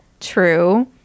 True